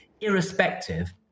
irrespective